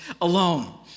alone